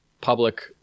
public